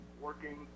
Working